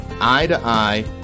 eye-to-eye